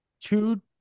two